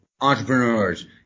entrepreneurs